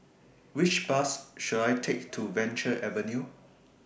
Which Bus should I Take to Venture Avenue